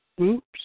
Oops